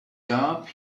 gab